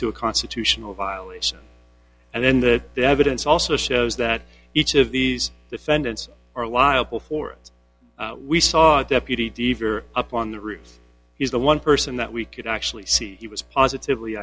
to a constitutional violation and then that the evidence also shows that each of these defendants are liable for we saw a deputy dever up on the roof he's the one person that we could actually see he was positively